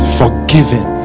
forgiven